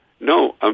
no